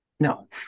No